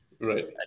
right